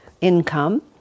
income